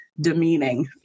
demeaning